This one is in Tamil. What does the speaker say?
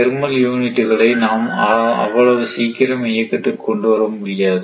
தெர்மல் யூனிட்டுகளை நாம் அவ்வளவு சீக்கிரம் இயக்கத்துக்கு கொண்டு வர முடியாது